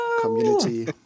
community